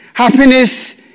happiness